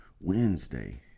Wednesday